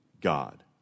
God